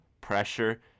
pressure